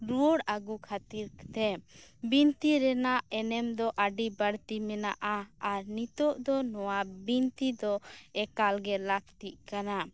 ᱨᱩᱣᱟᱹᱲ ᱟᱹᱜᱩ ᱠᱷᱟᱹᱛᱤᱨ ᱛᱮ ᱵᱤᱱᱛᱤᱨᱮᱱᱟᱜ ᱮᱱᱮᱢ ᱫᱚ ᱟᱹᱰᱤ ᱵᱟᱹᱲᱛᱤ ᱢᱮᱱᱟᱜᱼᱟ ᱟᱨ ᱱᱤᱛᱚᱜ ᱫᱚ ᱱᱚᱣᱟ ᱟᱨ ᱵᱤᱱᱛᱤ ᱫᱚ ᱮᱠᱟᱞᱜᱮ ᱞᱟᱹᱠᱛᱤᱜ ᱠᱟᱱᱟ